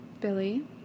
Billy